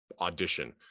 Audition